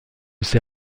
ses